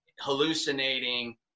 hallucinating